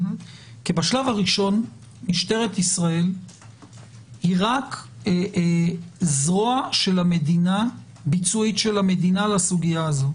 בשלב הראשון משטרת ישראל היא רק זרוע ביצועית של המדינה לסוגיה הזאת.